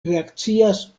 reakcias